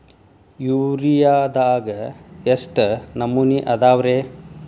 ಯೂರಿಯಾದಾಗ ಎಷ್ಟ ನಮೂನಿ ಅದಾವ್ರೇ?